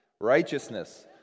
Righteousness